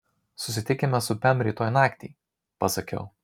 susitikime su pem rytoj naktį pasakiau